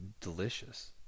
delicious